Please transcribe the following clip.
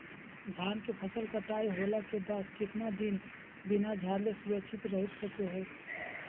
धान के फसल कटाई होला के बाद कितना दिन बिना झाड़ले सुरक्षित रहतई सको हय?